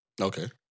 Okay